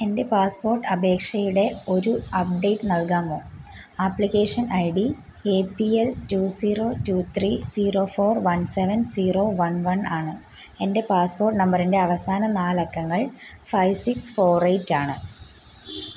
എൻ്റെ പാസ്പോർട്ട് അപേക്ഷയുടെ ഒരു അപ്ഡേറ്റ് നൽകാമോ application I D A P L two zero two three zero four one seven zero one one ആണ് എൻ്റെ passport നമ്പറിൻ്റെ അവസാന നാലക്കങ്ങൾ ഫൈ സിക്സ് ഫോർ എയ്റ്റ് ആണ്